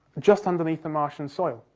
just underneath the martian soil.